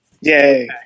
Yay